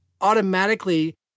automatically